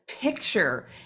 picture